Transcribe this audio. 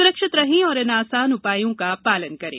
सुरक्षित रहें और इन आसान उपायों का पालन करें